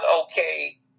okay